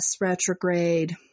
retrograde